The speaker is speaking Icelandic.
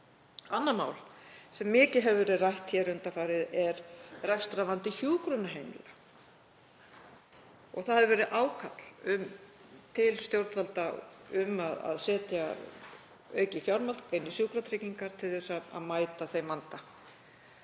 Annað mál sem mikið hefur verið rætt undanfarið er rekstrarvandi hjúkrunarheimila. Uppi hefur verið ákall til stjórnvalda um að setja aukið fjármagn í sjúkratryggingar til þess að mæta þeim vanda.